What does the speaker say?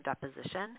deposition